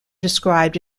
described